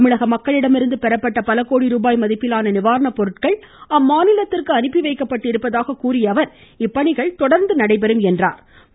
தமிழக மக்களிடமிருந்து பெறப்பட்ட பல கோடி ரூபாய்மதிப்பிலான நிவாரணப் பொருட்கள் அம்மாநிலத்திற்கு அனுப்பி வைக்கப்பட்டிருப்பதாக கூறிய அவர் இப்பணிகள் தொடர்ந்து நடைபெறும் என்றும் கூறினார்